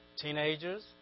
teenagers